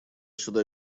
сюда